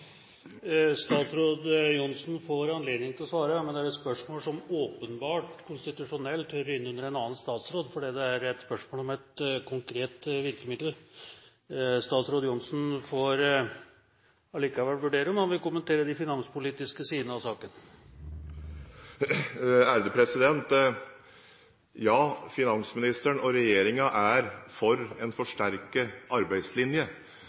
Statsråd Johnsen får anledning til å svare, men det er et spørsmål som åpenbart konstitusjonelt hører inn under en annen statsråd, for det er et spørsmål om et konkret virkemiddel. Statsråd Johnsen får allikevel vurdere om han vil kommentere de finanspolitiske sidene av saken. Ja, finansministeren og regjeringen er for en forsterket arbeidslinje.